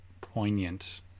Poignant